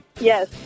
Yes